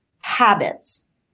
habits